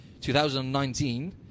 2019